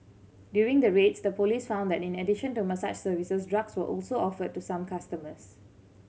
during the raids the police found that in addition to massage services drugs were also offered to some customers